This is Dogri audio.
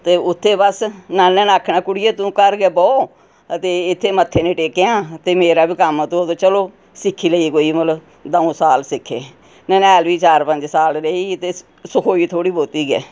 ते उत्थै बस नाने ने आखना कुड़िये तू घर गै बौह् ते इत्थै मत्थे नेईं टेकेआं ते मेरा बी कम्म चलो दो साल सिक्खे ननेहाल बी चार पंज साल रेही सखोई थोह्ड़ी बहुती गै